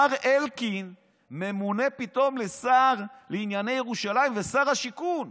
מר אלקין ממונה פתאום לשר לענייני ירושלים ושר השיכון.